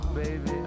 baby